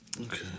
Okay